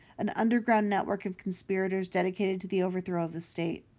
an underground network of conspirators dedicated to the overthrow of the state.